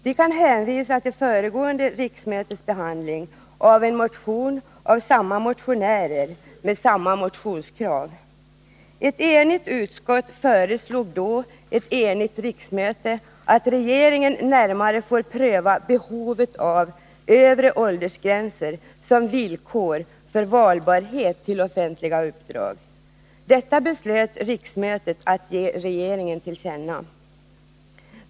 Vi kan hänvisa till föregående riksmötes behandling av en motion av samma motionärer med samma motionskrav. Ett enigt utskott föreslog då för ett enigt riksmöte att regeringen närmare får pröva behovet av övre åldersgränser som ett villkor för valbarhet till offentliga uppdrag. Detta beslöt riksmötet att ge regeringen till känna.